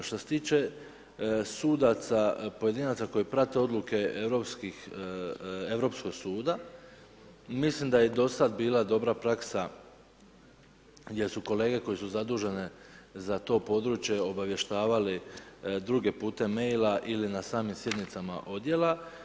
Što se tiče sudaca, pojedinaca, koje prate odluke Europskog suda, mislim da je i dosada bila dobra praksa, gdje su kolege, koje su zadužene za to područje, obavještavali druge putem maila ili na samim sjednicama odjela.